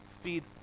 feed